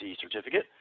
certificate